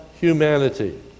humanity